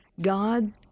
God